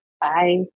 Bye